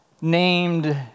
named